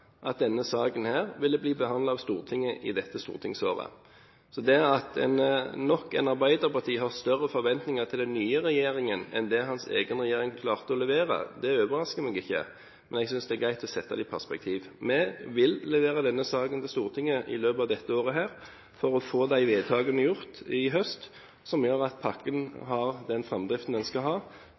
at denne saken ville bli behandlet av Stortinget i dette stortingsåret. Så det at nok en arbeiderpartipolitiker har større forventninger til den nye regjeringen enn til det hans egen regjering klarte å levere, overrasker meg ikke, men jeg synes det er greit å sette det i perspektiv. Vi vil levere denne saken til Stortinget i løpet av dette året, for å få gjort i løpet av høsten de vedtakene som gjør at pakken har den framdriften den skal ha.